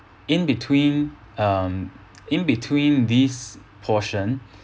in between um in between these portion